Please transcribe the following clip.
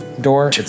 Door